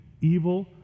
evil